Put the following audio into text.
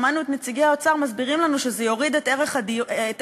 שמענו את נציגי האוצר מסבירים שלנו שזה יוריד את ערך הדירות.